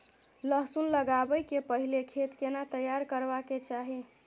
लहसुन लगाबै के पहिले खेत केना तैयार करबा के चाही?